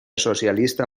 socialista